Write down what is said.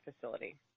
facility